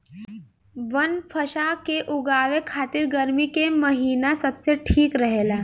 बनफशा के उगावे खातिर गर्मी के महिना सबसे ठीक रहेला